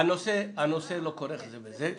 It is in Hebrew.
הנושאים אינם כרוכים זה בזה.